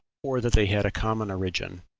or that they had a common origin.